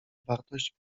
wartość